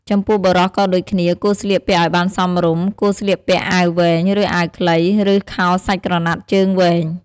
ចំពោះបុរសក៏ដូចគ្នា គួរស្លៀកពាក់ឱ្យបានសមរម្យ គួរស្លៀកពាក់អាវវែង ឬអាវខ្លី និងខោសាច់ក្រណាត់ជើងវៃង។